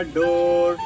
door